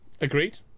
agreed